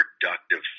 productive